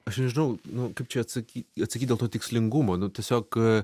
aš nežinau nu kaip čia atsaky atsakyt dėl to tikslingumo nu tiesiog